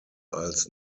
als